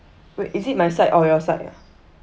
wait is it my side or your side ah